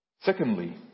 Secondly